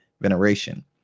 veneration